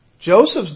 Joseph's